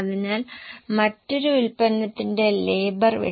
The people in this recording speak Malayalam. ഇനി നമുക്ക് പ്രൊജക്ഷനിലേക്ക് പോകാം